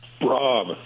Rob